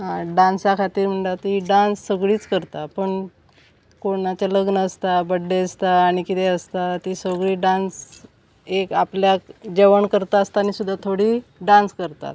डांसा खातीर म्हणटा ती डांस सगळीच करता पूण कोणाचें लग्न आसता बड्डे आसता आनी किदें आसता ती सोगळी डांस एक आपल्याक जेवण करता आसता आनी सुद्दां थोडी डांस करतात